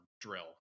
drill